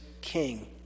king